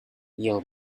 your